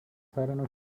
نوک